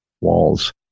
walls